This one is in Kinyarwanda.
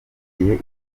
gihe